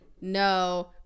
no